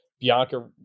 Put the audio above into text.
bianca